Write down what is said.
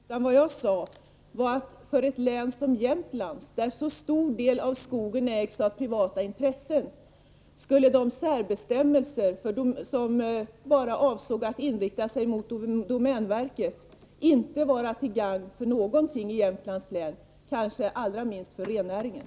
Fru talman! Jag påstod inte att folkpartiets förslag generellt skulle vara dåligt för rennäringen, utan vad jag sade var att för ett län som Jämtlands län, där så stor del av skogen ägs av privata intressen, skulle de särbestämmelser som bara inriktar sig mot domänverket inte vara till gagn för någonting, kanske allra minst för rennäringen.